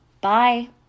Bye